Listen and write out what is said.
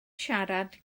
siarad